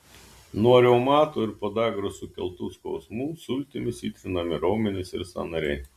nuo reumato ir podagros sukeltų skausmų sultimis įtrinami raumenys ir sąnariai